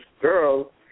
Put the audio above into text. girl